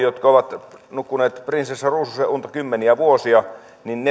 jotka ovat nukkuneet prinsessa ruususen unta kymmeniä vuosia